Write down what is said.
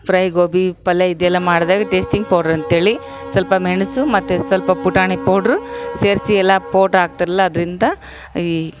fry ಗೋಬಿ ಪಲ್ಯ ಇದೆಲ್ಲ ಮಾಡ್ದಾಗ ಟೇಸ್ಟಿಂಗ್ ಪೌಡ್ರ್ ಅಂತೇಳಿ ಸ್ವಲ್ಪ ಮೆಣಸು ಮತ್ತು ಸ್ವಲ್ಪ ಪುಟಾಣಿ ಪೌಡ್ರು ಸೇರಿಸಿ ಎಲ್ಲ ಪೌಡ್ರ್ ಹಾಕ್ತಾರಲ್ಲ ಅದರಿಂದ ಈ